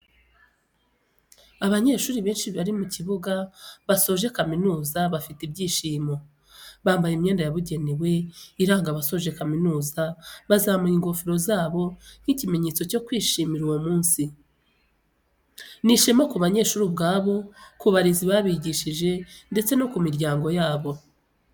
Abanyeshuri benshi bari mu kibuga basoje kamizuza bafite ibyishimo, bambaye imyenda yabugenewe iranga abasoje kaminuza bazamuye ingofero zabo nk'ikimenyetso cyo kwishimira uwo munsi, ni ishema ku banyeshuri ubwabo, ku barezi babigishije ndetse no ku miryango yabo.